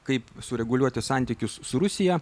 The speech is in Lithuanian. kaip sureguliuoti santykius su rusija